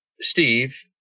Steve